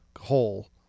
hole